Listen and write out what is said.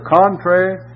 contrary